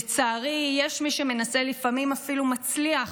לצערי יש מי שמנסה, לפעמים אפילו מצליח,